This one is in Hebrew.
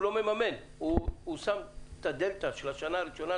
מממן אבל הוא שם את הדלתא של השנה הראשונה,